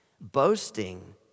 boasting